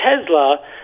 Tesla